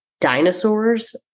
Dinosaurs